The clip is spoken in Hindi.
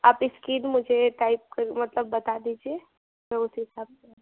आप स्किन मुझे टाइप कर मतलब बता दीजिए मैं उसी हिसाब से